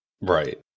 Right